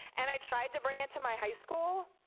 and i tried to bring it to my high school,